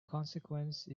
consequence